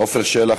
עפר שלח.